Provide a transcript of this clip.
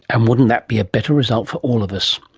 and wouldn't that be a better result for all of us?